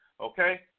okay